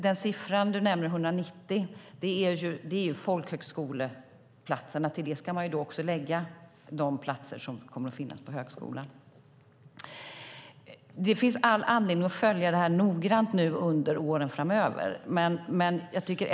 Den siffra du nämner, 190, är antalet folkhögskoleplatser. Till det ska man också lägga de platser som kommer att finnas på högskolan. Det finns all anledning att följa detta noggrant under åren framöver.